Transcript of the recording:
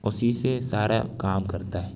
اسی سے سارا کام کرتا ہے